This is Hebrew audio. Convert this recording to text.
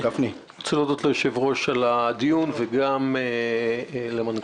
רציתי להודות ליושב-ראש על הדיון וגם למנכ"ל,